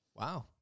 Wow